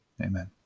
Amen